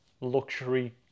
luxury